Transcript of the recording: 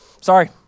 Sorry